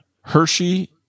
Hershey